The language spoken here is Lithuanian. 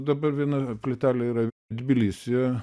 dabar viena plytelė yra tbilisyje